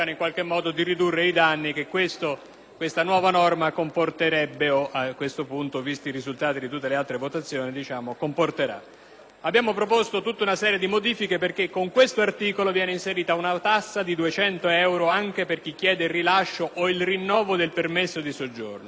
Abbiamo proposto una serie di modifiche perché con questo articolo viene stabilita una tassa di 200 euro anche per chi chiede il rilascio o il rinnovo del permesso di soggiorno. Per noi questa misura è iniqua e illiberale. È inaccettabile, altresì, prevedere per il rilascio del permesso di soggiorno